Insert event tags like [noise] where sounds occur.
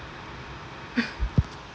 [breath]